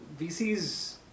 VCs